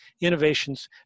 innovations